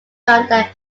founder